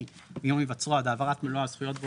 מיום היווצרותו עד העברת מלא הזכויות בו